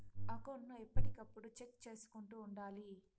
account ను ఎప్పటికప్పుడు check చేసుకుంటూ ఉండాలి